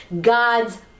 God's